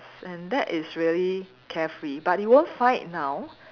and that is really carefree but you won't find it now